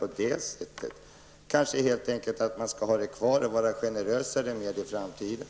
Kanske skall man helt enkelt ha stödet kvar men vara generösare med det i framtiden.